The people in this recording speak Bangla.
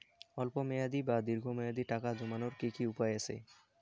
স্বল্প মেয়াদি বা দীর্ঘ মেয়াদি টাকা জমানোর কি কি উপায় আছে?